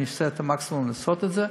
אני עושה את המקסימום להשיג את זה.